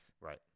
Right